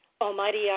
almighty